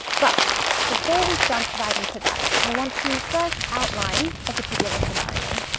but before we jump right into that i want to first outline a particular scenario.